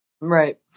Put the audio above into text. Right